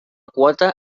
quota